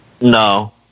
No